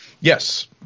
Yes